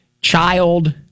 child